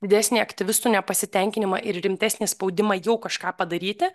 didesnį aktyvistų nepasitenkinimą ir rimtesnį spaudimą jau kažką padaryti